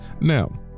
Now